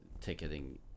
ticketing